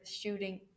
shooting